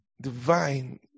divine